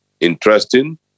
interesting